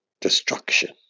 destruction